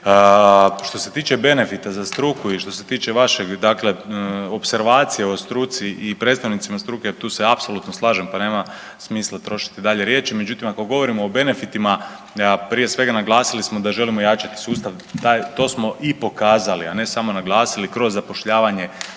Što se tiče benefita za struku i što se tiče vašeg dakle opservacije o struci i predstavnicima struke jer tu se apsolutno slažem pa nema smisla trošiti dalje riječi, međutim ako govorimo o benefitima, a prije svega naglasili smo da želimo jačati sustav taj, to smo i pokazali a ne samo naglasili kroz zapošljavanje